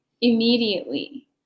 immediately